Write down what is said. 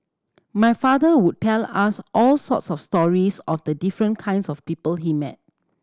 my father would tell us all sorts of stories of the different kinds of people he met